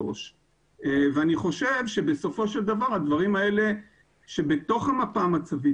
3. אני חושב שבסופו של דבר הדברים האלה שבתוך המפה המצבית,